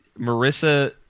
Marissa